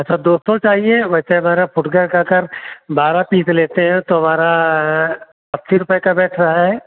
अच्छा दो सौ चाहिए वैसे हमारा फुटकर का अगर बारह पीस लेते हैं तो हमारा अस्सी रुपये का बैठ रहा है